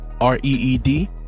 R-E-E-D